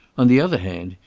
on the other hand,